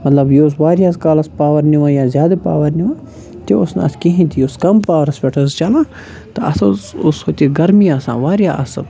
مَطلب یہِ اوس واریاہَس کالَس پاوَر نِوان یا زِیادٕ پاوَر نِوان تہِ اوس نہٕ اَتھ کِہیٖنۍ تہِ یہِ اوس کَم پاورس پٮ۪ٹھ چَلان تہٕ اَتھ حظ اوس ہُتہِ گَرمی آسان واریاہ اَصٕل